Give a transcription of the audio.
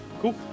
cool